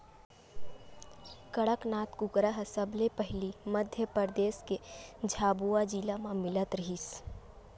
कड़कनाथ कुकरा ह सबले पहिली मध्य परदेस के झाबुआ जिला म मिलत रिहिस हे